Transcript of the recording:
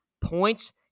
points